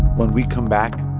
when we come back,